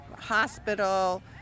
hospital